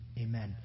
amen